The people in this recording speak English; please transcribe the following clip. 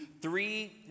three